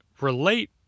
relate